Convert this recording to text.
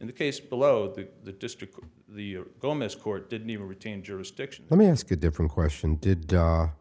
in the case below the district the gomez court didn't even retain jurisdiction let me ask a different question did